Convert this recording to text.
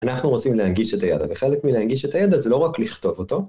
אנחנו רוצים להנגיש את הידע, וחלק מלהנגיש את הידע זה לא רק לכתוב אותו.